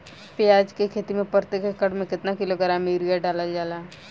प्याज के खेती में प्रतेक एकड़ में केतना किलोग्राम यूरिया डालल जाला?